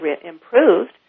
improved